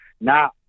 Now